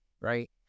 right